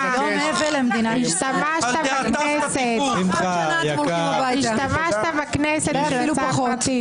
תתרכז בהודעת יושב-ראש הכנסת לפני שאתה צועק.